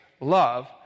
love